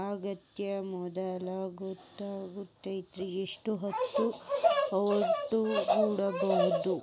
ಆಗುಕಿಂತ ಮೊದಲ ಗೋದಾಮಿನ್ಯಾಗ ಎಷ್ಟ ಹೊತ್ತ ಒಟ್ಟುಗೂಡಿ ಇಡ್ಬೋದು?